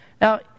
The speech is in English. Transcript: Now